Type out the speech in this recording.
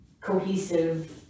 cohesive